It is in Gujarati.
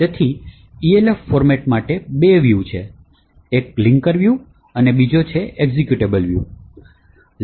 તેથી Elf ફોર્મેટ માટે બે વ્યૂ છે એક લિંકર વ્યૂ અને બીજો એક એક્ઝેક્યુટેબલ વ્યૂ છે